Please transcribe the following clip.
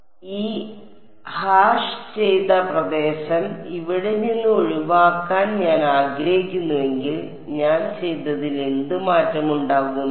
അതിനാൽ ഈ ഹാഷ് ചെയ്ത പ്രദേശം ഇവിടെ നിന്ന് ഒഴിവാക്കാൻ ഞാൻ ആഗ്രഹിക്കുന്നുവെങ്കിൽ ഞാൻ ചെയ്തതിൽ എന്ത് മാറ്റമുണ്ടാകും